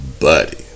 buddy